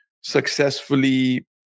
successfully